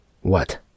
What